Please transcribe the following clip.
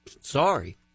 Sorry